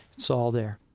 it's all there